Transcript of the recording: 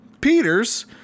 Peters